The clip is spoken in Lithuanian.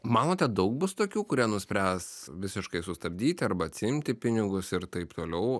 manote daug bus tokių kurie nuspręs visiškai sustabdyti arba atsiimti pinigus ir taip toliau